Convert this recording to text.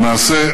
למעשה,